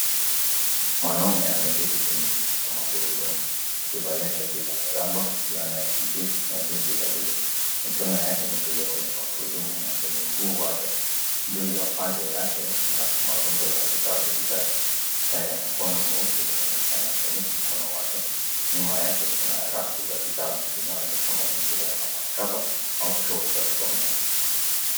Mwanaume ameketi kwenye kiti cha magurudumu, akivalia shati la miraba, fulana ya kijivu na jinsi za buluu. Mikono yake imetulia kwenye magurudumu na kwenye mguu wake, juu ya paja lake kuna marundo ya vitabu vitatu. Saa ya mkono mweusi inaonekana kwenye mkono wake. Nyuma yake kuna rafu za vitabu vinaonyesha mazingira ya maktaba au chuo cha kusomea.